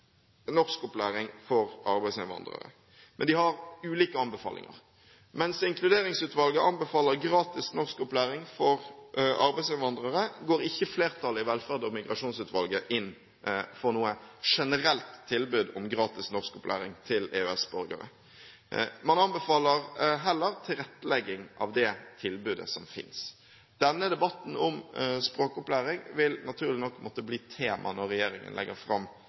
norskopplæring for arbeidsinnvandrere, men de har ulike anbefalinger. Mens Inkluderingsutvalget anbefaler gratis norskopplæring for arbeidsinnvandrere, går ikke flertallet i Velferd- og migrasjonsutvalget inn for noe generelt tilbud om gratis norskopplæring til EØS-borgere. Man anbefaler heller tilrettelegging av det tilbudet som finnes. Denne debatten om språkopplæring vil naturlig nok måtte bli et tema når regjeringen legger fram